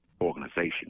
organization